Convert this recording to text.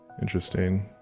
Interesting